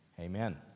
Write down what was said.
Amen